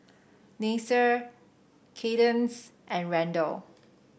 Nasir Cadence and Randel